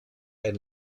ein